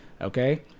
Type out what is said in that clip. okay